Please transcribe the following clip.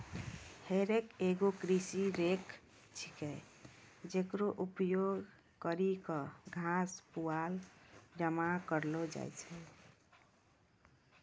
हे रेक एगो कृषि रेक छिकै, जेकरो उपयोग करि क घास, पुआल जमा करलो जाय छै